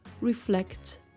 reflect